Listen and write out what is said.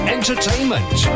entertainment